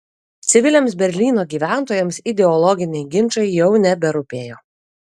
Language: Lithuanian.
civiliams berlyno gyventojams ideologiniai ginčai jau neberūpėjo